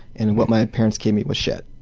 and what my parents gave me was shit,